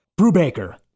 Brubaker